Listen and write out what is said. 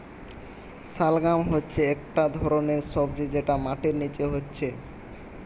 শালগাম হচ্ছে একটা ধরণের সবজি যেটা মাটির নিচে হচ্ছে